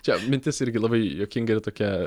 čia mintis irgi labai juokinga ir tokia